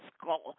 school